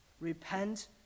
Repent